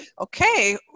Okay